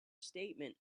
statement